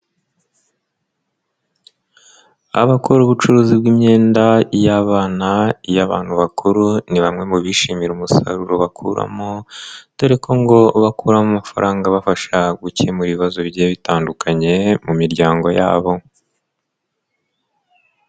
Abakora ubucuruzi bw'imyenda y'abana, iy'abantu bakuru, ni bamwe mu bishimira umusaruro bakuramo dore ko ngo bakuramo amafaranga abafasha gukemura ibibazo bigiye bitandukanye mu miryango yabo.